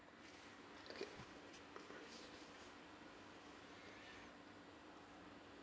okay